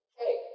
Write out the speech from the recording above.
hey